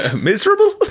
Miserable